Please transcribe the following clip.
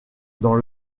dans